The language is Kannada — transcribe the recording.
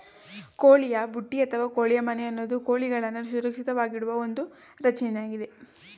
ಕೋಳಿಯ ಬುಟ್ಟಿ ಅಥವಾ ಕೋಳಿ ಮನೆ ಅನ್ನೋದು ಕೋಳಿಗಳನ್ನು ಸುರಕ್ಷಿತವಾಗಿಡುವ ಒಂದು ರಚನೆಯಾಗಿದೆ